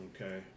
okay